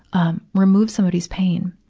um, remove somebody's pain.